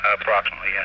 Approximately